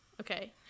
Okay